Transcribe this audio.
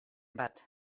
bat